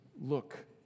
look